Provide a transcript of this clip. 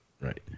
Right